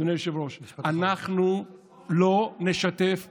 אדוני היושב-ראש, אנחנו לא נשתף פעולה.